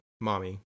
mommy